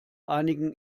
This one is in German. einigen